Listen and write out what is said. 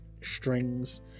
strings